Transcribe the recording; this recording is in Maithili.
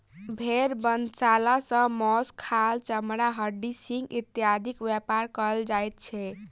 भेंड़ बधशाला सॅ मौस, खाल, चमड़ा, हड्डी, सिंग इत्यादिक व्यापार कयल जाइत छै